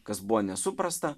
kas buvo nesuprasta